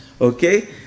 okay